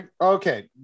Okay